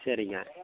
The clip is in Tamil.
சரிங்க